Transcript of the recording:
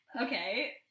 okay